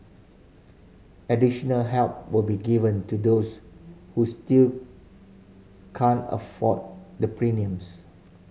additional help will be given to those who still can't afford the premiums